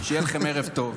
שיהיה לכם ערב טוב.